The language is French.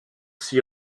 s’y